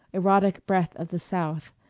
erotic breath of the south,